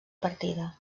partida